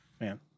man